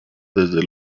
desde